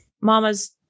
mama's